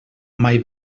mai